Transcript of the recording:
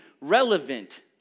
relevant